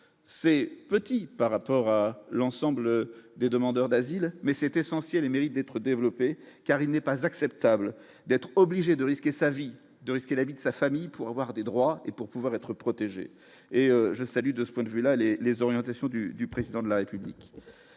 c'est petit par rapport à l'ensemble des demandeurs d'asile mais c'est essentiel et mérite d'être développé car il n'est pas acceptable d'être obligé de risquer sa vie de risquer la vie de sa famille pour avoir des droits et pour pouvoir être protégé et je salue, de ce point de vue-là les les orientations du du président de la République,